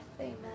Amen